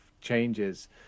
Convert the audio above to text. changes